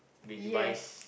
yes